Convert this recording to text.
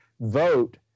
vote